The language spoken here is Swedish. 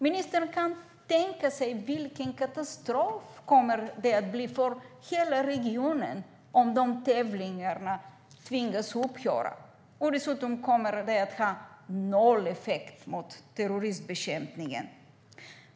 Ministern kan tänka sig vilken katastrof det kommer att bli för hela regionen om tävlingarna tvingas upphöra. Dessutom kommer det att ha noll effekt på terrorismbekämpningen.